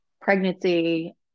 pregnancy